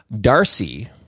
darcy